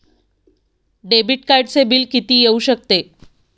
Debit कार्डचे bill किती येऊ शकते?